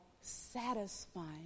satisfying